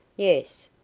yes.